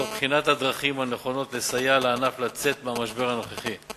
תוך בחינת הדרכים הנכונות לסייע לענף לצאת מהמשבר הנוכחי.